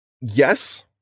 Yes